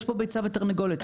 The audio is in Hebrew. יש פה ביצה ותרנגולת,